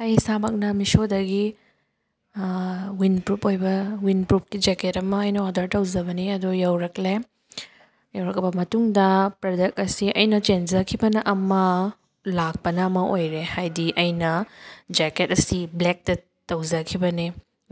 ꯑꯩ ꯏꯁꯥꯃꯛꯅ ꯃꯤꯁꯣꯗꯒꯤ ꯋꯤꯟꯄ꯭ꯔꯨꯞ ꯑꯣꯏꯕ ꯋꯤꯟꯄ꯭ꯔꯨꯞꯀꯤ ꯖꯦꯀꯦꯠ ꯑꯃ ꯑꯩꯅ ꯑꯣꯔꯗꯔ ꯇꯧꯖꯕꯅꯦ ꯑꯗꯨ ꯌꯧꯔꯛꯂꯦ ꯌꯧꯔꯛꯂꯕ ꯃꯇꯨꯡꯗ ꯄ꯭ꯔꯗꯛ ꯑꯁꯤ ꯑꯩꯅ ꯆꯦꯟꯖꯈꯤꯕꯅ ꯑꯃ ꯂꯥꯛꯄꯅ ꯑꯃ ꯑꯣꯏꯔꯦ ꯍꯥꯏꯗꯤ ꯑꯩꯅ ꯖꯦꯛꯀꯦꯠ ꯑꯁꯤ ꯕ꯭ꯂꯦꯛꯇ ꯇꯧꯖꯈꯤꯕꯅꯦ